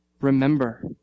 remember